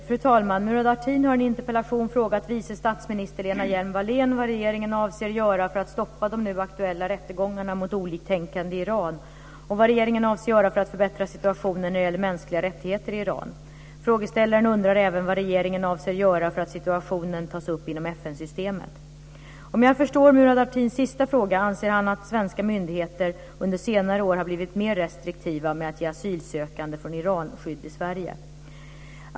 Fru talman! Murad Artin har i en interpellation frågat vice statsminister Lena Hjelm-Wallén vad regeringen avser att göra för att stoppa de nu aktuella rättegångarna mot oliktänkande i Iran och vad regeringen avser att göra för att förbättra situationen när det gäller mänskliga rättigheter i Iran. Om jag förstår Murad Artins sista fråga anser han att svenska myndigheter under senare år har blivit mer restriktiva med att ge asylsökande från Iran skydd i Sverige.